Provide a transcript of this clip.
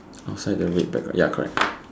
outside the red bag right ya correct